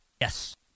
Yes